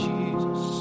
Jesus